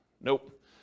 nope